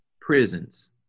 prisons